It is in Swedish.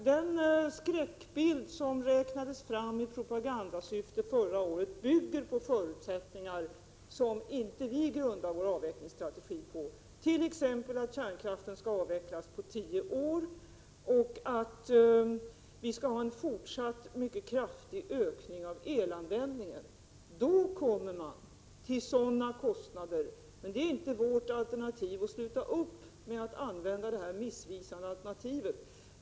Den skräckbild som målades fram i propagandasyfte förra året bygger på förutsättningar som vi inte grundar vår avvecklingsstrategi på, t.ex. att kärnkraften skall avvecklas på tio år och att vi skall ha en fortsatt mycket kraftig ökning av elanvändningen. Då kommer man till sådana kostnader. Men det är inte vårt alternativ. Sluta upp med att använda detta missvisande alternativ!